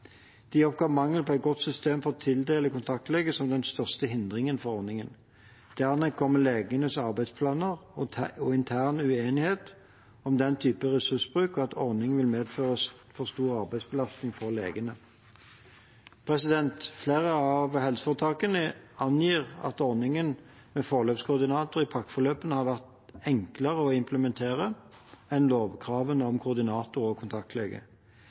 De oppga mangel på et godt system for å tildele kontaktlege som den største hindringen for ordningen. Dernest kom legenes arbeidsplaner og intern uenighet om den type ressursbruk og at ordningen vil medføre for stor arbeidsbelastning for legene. Flere av helseforetakene angir at ordningen med forløpskoordinator i pakkeforløpene har vært enklere å implementere enn lovkravene om koordinator og kontaktlege.